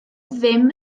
ddim